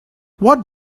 what